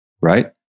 right